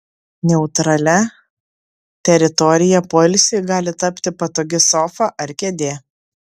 neutralia teritorija poilsiui gali tapti patogi sofa ar kėdė